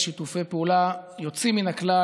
שיתופי פעולה יוצאים מן הכלל